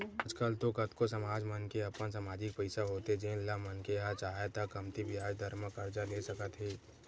आज कल तो कतको समाज मन के अपन समाजिक पइसा होथे जेन ल मनखे ह चाहय त कमती बियाज दर म करजा ले सकत हे